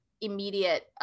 immediate